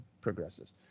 progresses